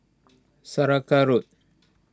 Saraca Road